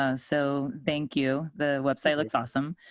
ah so thank you. the website looks awesome.